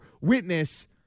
Witness